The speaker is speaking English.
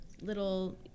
little